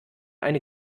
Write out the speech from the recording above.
eine